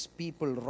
people